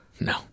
No